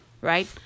Right